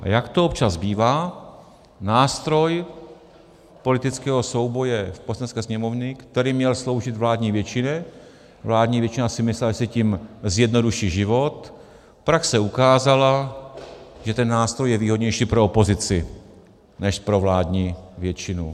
A jak to občas bývá, nástroj politického souboje z Poslanecké sněmovny, který měl sloužit vládní většině, vládní většina si myslela, že si tím zjednoduší život, praxe ukázala, že ten nástroj je výhodnější pro opozici než pro vládní většinu.